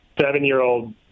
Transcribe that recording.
seven-year-old